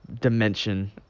dimension